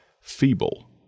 feeble